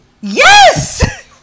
Yes